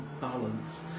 balance